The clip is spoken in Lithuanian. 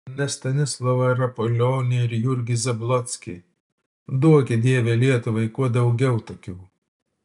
ne stanislovą rapolionį ir jurgį zablockį duoki dieve lietuvai kuo daugiau tokių